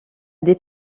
des